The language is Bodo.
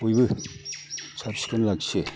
बयबो साब सिखोन लाखियो